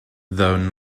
though